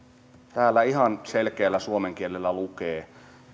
täällä ihan selkeällä suomen kielellä lukee